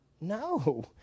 No